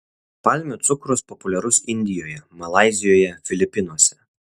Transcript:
palmių cukrus populiarus indijoje malaizijoje filipinuose